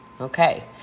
Okay